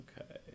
Okay